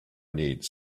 needs